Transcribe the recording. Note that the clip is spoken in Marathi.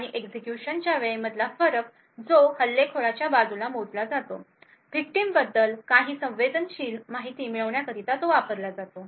आणि एक्झिक्युशनच्या वेळेमधला फरक जो हल्लेखोराच्या बाजूला मोजला जातो विक्टिमबद्दल काही संवेदनशील माहिती मिळवण्याकरिता वापरला जातो